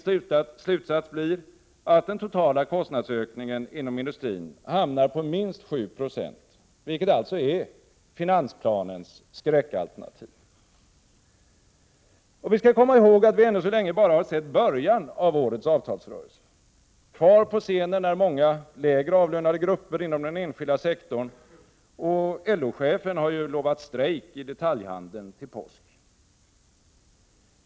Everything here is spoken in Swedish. Min slutsats är att den totala kostnadsökningen inom industrin blir minst 7 20, vilket alltså är finansplanens skräckalternativ. Vi skall komma ihåg att vi ännu så länge bara har sett början av årets avtalsrörelse. Kvar på scenen är många lägre avlönade grupper inom den enskilda sektorn, och LO-chefen har ju lovat strejk i detaljhandeln till påsk.